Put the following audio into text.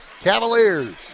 Cavaliers